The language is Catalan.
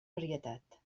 varietat